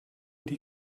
die